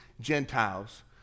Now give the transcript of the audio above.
Gentiles